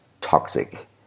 toxic